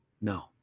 no